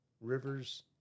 rivers